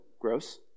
gross